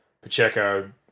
Pacheco